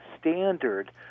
standard